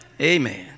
Amen